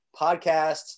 Podcasts